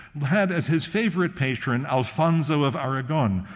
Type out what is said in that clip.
had as his favorite patron alfonso of aragon,